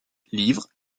livres